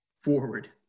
forward